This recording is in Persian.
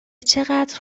چقدر